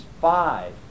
five